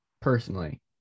Personally